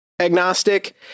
agnostic